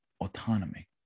autonomy